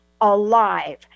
alive